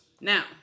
Now